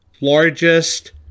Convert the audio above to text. largest